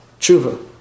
tshuva